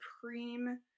supreme